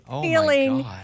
feeling